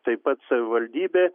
taip pat savivaldybė